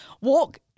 Walk